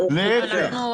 לא רוצה להתווכח.